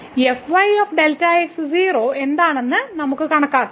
Δx 0 എന്താണെന്ന് നമുക്ക് കണക്കാക്കാം